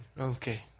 Okay